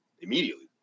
immediately